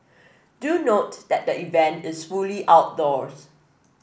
do note that the event is fully outdoors